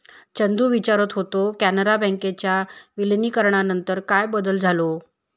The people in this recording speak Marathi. चंदू विचारत होतो, कॅनरा बँकेच्या विलीनीकरणानंतर काय बदल झालो?